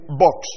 box